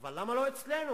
אבל למה לא אצלנו?